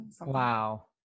Wow